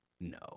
No